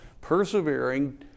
persevering